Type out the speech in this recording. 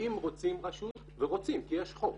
אם רוצים רשות, ורוצים כי יש חוק,